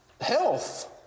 health